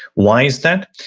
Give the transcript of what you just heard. why is that?